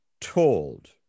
told